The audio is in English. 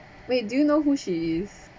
wait do you know who she is